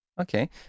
Okay